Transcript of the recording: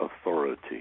authority